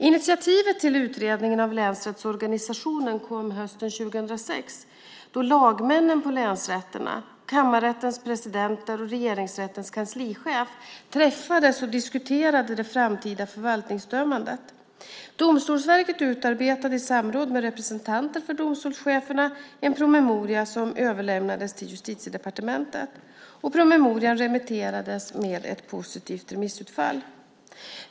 Initiativet till utredningen av länsrättsorganisationen kom hösten 2006, då lagmännen på länsrätterna, kammarrätternas presidenter och Regeringsrättens kanslichef träffades och diskuterade det framtida förvaltningsdömandet. Domstolsverket utarbetade, i samråd med representanter för domstolscheferna, en promemoria som överlämnades till Justitiedepartementet. Promemorian remitterades med ett positivt remissutfall.